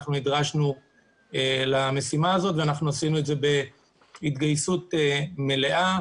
נדרשנו למשימה הזאת ועשינו את זה בהתגייסות מלאה,